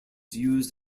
used